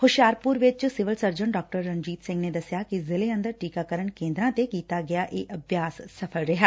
ਹੁਸ਼ਿਆਰਪੁਰ ਵਿਚ civil surgeon Dr Ranjit Singh ਨੇ ਦਸਿਆ ਕਿ ਜ਼ਿਲ੍ਜੇ ਅੰਦਰ ਟੀਕਾਕਰਨ ਕੇਂਦਰਾਂ ਤੇ ਕੀਤਾ ਗਿਆ ਇਹ ਅਭਿਆਸ ਸਫ਼ਲ ਰਿਹਾ